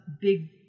big